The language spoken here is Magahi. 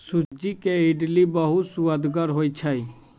सूज्ज़ी के इडली बहुत सुअदगर होइ छइ